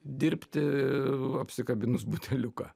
dirbti apsikabinus buteliuką